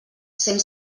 cent